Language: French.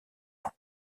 ans